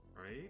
right